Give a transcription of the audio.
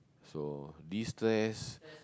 so destress